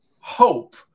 hope